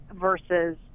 versus